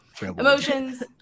Emotions